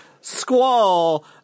Squall